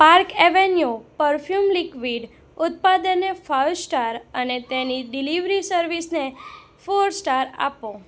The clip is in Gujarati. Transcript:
પાર્ક એવેન્યુ પરફ્યુમ લિક્વિડ ઉત્પાદને ફાઈવ સ્ટાર અને તેની ડિલિવરી સર્વિસને ફોર સ્ટાર આપો